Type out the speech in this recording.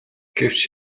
гэвч